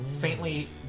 faintly